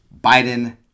Biden